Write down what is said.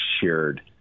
shared